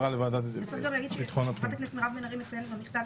צריך להגיד שחברת הכנסת בן ארי מציינת במכתב